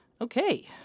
Okay